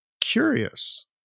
curious